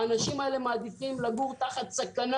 האנשים האלה מעדיפים לגור תחת סכנה,